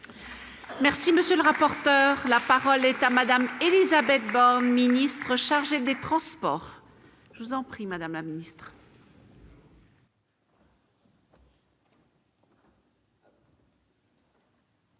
Merci, monsieur le rapporteur, la parole est à Madame Élisabeth Borne, ministre chargée des transports. Alors je vous en prie Madame amis.